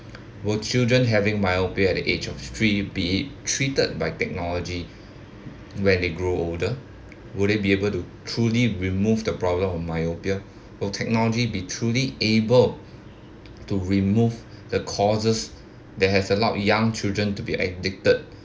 will children having myopia at the age of three be treated by technology when they grow older will they be able to truly remove the problem of myopia will technology be truly able to remove the causes that has a lot of young children to be addicted